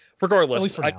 regardless